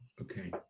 Okay